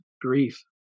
grief